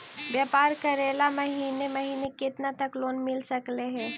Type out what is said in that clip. व्यापार करेल महिने महिने केतना तक लोन मिल सकले हे?